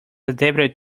adapted